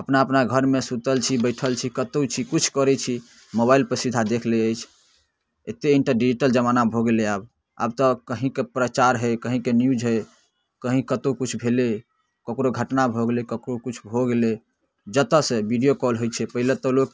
अपना अपना घरमे सुतल छी बैठल छी कतहु छी किछु करै छी मोबाइलपर सीधा देखि लै अछि एतेक इण्टर डिजिटल जमाना भऽ गेलै आब आब तऽ कहीँके प्रचार हइ कहीँके न्यूज हइ कहीँ कतहु किछु भेलै ककरो घटना भऽ गेलै ककरो किछु भऽ गेलै जतऽसँ वीडिओ कॉल होइ छै पहिले तऽ लोक